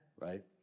right